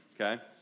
okay